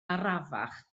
arafach